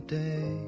day